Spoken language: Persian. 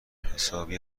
حسابی